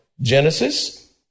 Genesis